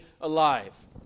alive